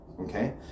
Okay